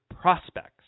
prospects